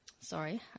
sorry